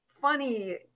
funny